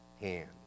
hand